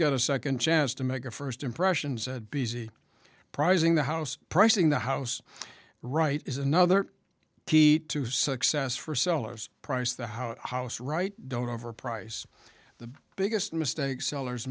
get a second chance to make a first impression said busy prizing the house pricing the house right is another key to success for sellers price the house right don't over price the biggest mistake sellers